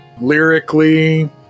lyrically